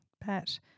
Pat